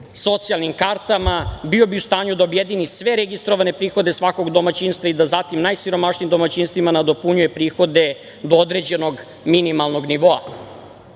socijalnim kartama, bio bi u stanju da objedini sve registrovane prihode svakog domaćinstva i da zatim najsiromašnijim domaćinstvima nadopunjuje prihode do određenog minimalnog nivoa. Kako